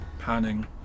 panning